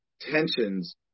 tensions